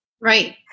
Right